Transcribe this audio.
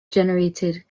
generated